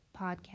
podcast